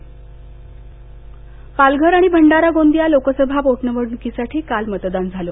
पोटनिवडणूक पालघर आणि भंडारा गोंदिया लोकसभा पोट निवडणुकीसाठी काल मतदान झालं